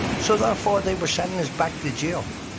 so therefore they were sending us back to jail,